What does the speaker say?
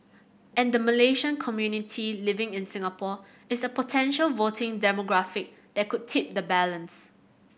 and the Malaysian community living in Singapore is a potential voting demographic that could tip the balance